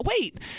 Wait